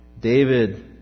David